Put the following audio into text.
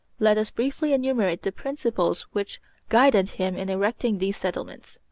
let us briefly enumerate the principles which guided him in erecting these settlements.